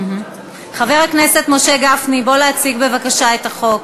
חבר הכנסת משה גפני, בוא בבקשה להציג את החוק.